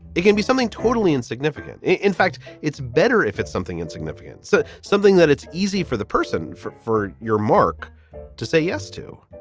it can be something totally insignificant. in fact, it's better if it's something insignificant. so something that it's easy for the person for for your mark to say yes to.